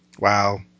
wow